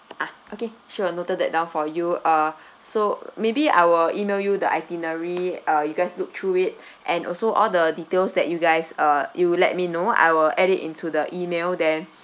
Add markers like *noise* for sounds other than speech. ah okay sure noted that down for you uh *breath* so maybe I will email you the itinerary uh you guys look through it *breath* and also all the details that you guys uh you'll let me know I will add it into the email then